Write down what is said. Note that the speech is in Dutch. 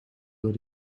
door